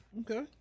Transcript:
Okay